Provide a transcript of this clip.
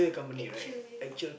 actual